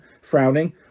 frowning